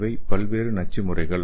இவை பல்வேறு நச்சு முறைகள்